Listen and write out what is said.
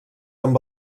amb